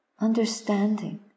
understanding